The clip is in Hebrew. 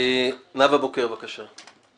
חברת הכנסת נאוה בוקר, בבקשה.